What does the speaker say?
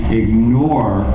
ignore